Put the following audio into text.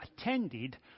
attended